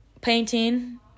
Painting